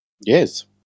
Yes